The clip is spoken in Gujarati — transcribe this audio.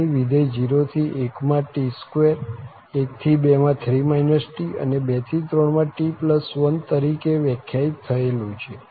અહીં વિધેય 0 થી 1 માં t2 1 થી 2 માં 3 t અને 2 થી 3 માં t1 તરીકે વ્યાખ્યાયિત થયેલું છે